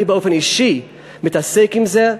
אני באופן אישי מתעסק עם זה,